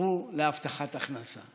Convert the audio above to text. ילכו להבטחת הכנסה.